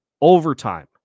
overtime